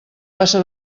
passa